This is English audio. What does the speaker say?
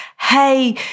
hey